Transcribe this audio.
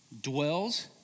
dwells